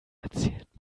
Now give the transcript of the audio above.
erzählt